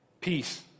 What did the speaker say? Peace